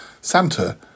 Santa